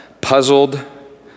puzzled